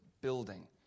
building